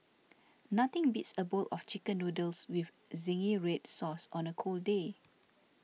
nothing beats a bowl of Chicken Noodles with Zingy Red Sauce on a cold day